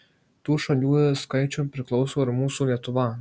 tų šalių skaičiun priklauso ir mūsų lietuva